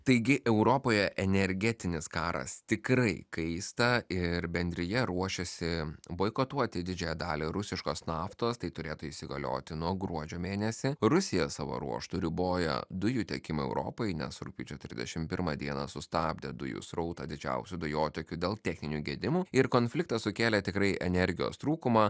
taigi europoje energetinis karas tikrai kaista ir bendrija ruošiasi boikotuoti didžiąją dalį rusiškos naftos tai turėtų įsigalioti nuo gruodžio mėnesį rusija savo ruožtu riboja dujų tiekimą europai nes rugpjūčio trisdešim pirmą dieną sustabdė dujų srautą didžiausių dujotiekių dėl techninių gedimų ir konfliktas sukėlė tikrai energijos trūkumą